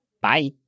Bye